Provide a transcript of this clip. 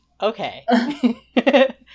Okay